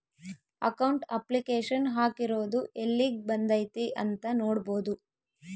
account application ಹಾಕಿರೊದು ಯೆಲ್ಲಿಗ್ ಬಂದೈತೀ ಅಂತ ನೋಡ್ಬೊದು